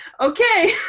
Okay